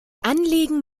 anlegen